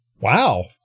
Wow